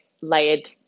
layered